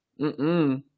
mm-mm